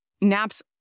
Naps